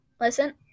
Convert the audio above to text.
listen